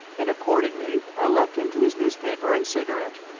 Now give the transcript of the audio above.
and accordingly i left him to his newspaper and cigarette,